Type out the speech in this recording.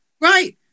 Right